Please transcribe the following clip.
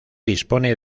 dispone